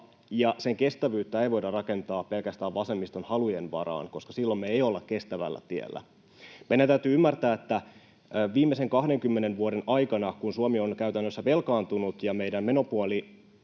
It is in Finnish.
sen kestävyyttä ei voida rakentaa pelkästään vasemmiston halujen varaan, koska silloin me ei olla kestävällä tiellä. Meidän täytyy ymmärtää, että viimeisen 20 vuoden aikana, kun Suomi on käytännössä velkaantunut ja meidän menopuoli